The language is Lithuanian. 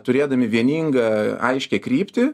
turėdami vieningą aiškią kryptį